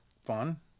fun